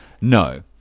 no